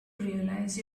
realize